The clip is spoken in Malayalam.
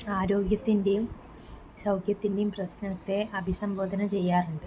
ആരോഗ്യത്തിൻ്റെയും സൗഖ്യത്തിൻ്റെയും പ്രശ്നത്തെ അഭിസംബോധന ചെയ്യാറുണ്ട്